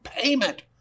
payment